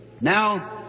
Now